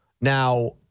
Now